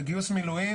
בגיוס מילואים,